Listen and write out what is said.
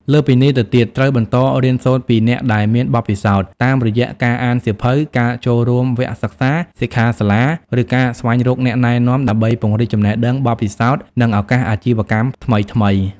លើសពីនេះទៅទៀត ត្រូវបន្តរៀនសូត្រពីអ្នកដែលមានបទពិសោធន៍ តាមរយៈការអានសៀវភៅ ការចូលរួមវគ្គសិក្សា សិក្ខាសាលា ឬការស្វែងរកអ្នកណែនាំ ដើម្បីពង្រីកចំណេះដឹង បទពិសោធន៍ និងឱកាសអាជីវកម្មថ្មីៗ។